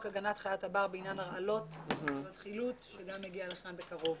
הגנת חיית הבר בעניין הרעלות שגם הוא יגיע לכאן בקרוב.